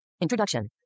Introduction